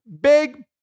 big